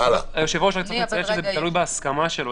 היושב-ראש, רק צריך לציין שזה תלוי בהסכמה שלו.